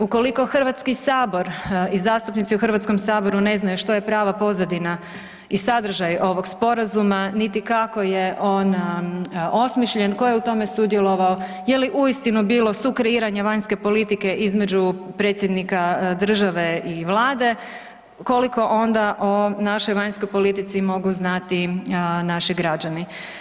Ukoliko HS i zastupnici u HS-u ne znaju što je prava pozadina i sadržaj ovoga Sporazuma niti kako je on osmišljen, tko je u tom e sudjelovao, je li uistinu bilo sukreiranja vanjske politike između predsjednika države i Vlade, koliko onda o našoj vanjskoj politici mogu znati naši građani.